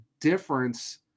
difference